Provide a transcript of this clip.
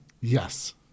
Yes